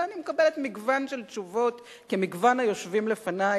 ואני מקבלת מגוון של תשובות כמגוון היושבים לפני,